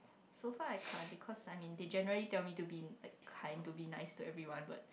so far I can't because I mean they generally tell me to be a kind to be nice to everyone but